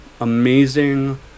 amazing